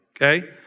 okay